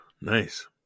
Nice